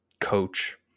coach